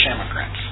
immigrants